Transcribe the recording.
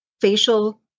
facial